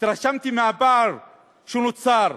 התרשמתי מהפער שנוצר,